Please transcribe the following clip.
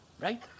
right